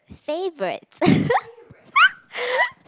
favourite